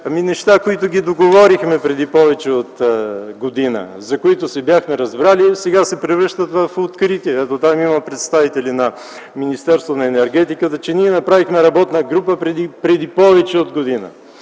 неща, които ги договорихме преди повече от година, за които се бяхме разбрали, сега се превръщат в откритие. Ето там има представители на Министерството на икономиката, енергетиката и туризма, че ние направихме работна група преди повече от година.